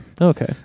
Okay